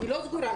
היא לא סגורה.